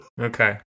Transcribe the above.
Okay